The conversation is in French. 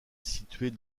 située